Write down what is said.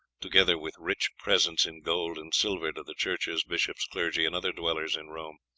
together with rich presents in gold and silver to the churches, bishops, clergy, and other dwellers in rome.